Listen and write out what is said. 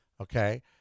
okay